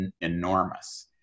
enormous